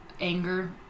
anger